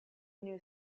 new